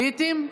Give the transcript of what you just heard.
הייתם?